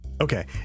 okay